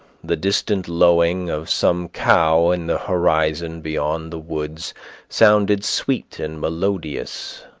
the distant lowing of some cow in the horizon beyond the woods sounded sweet and melodious,